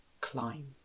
climb